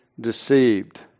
deceived